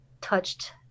touched